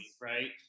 Right